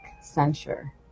censure